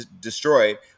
destroyed